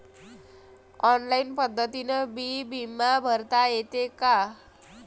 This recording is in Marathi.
ऑनलाईन पद्धतीनं बी बिमा भरता येते का?